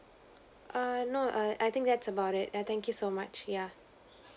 err no err I think that's about it err thank you so much yeah